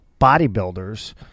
bodybuilders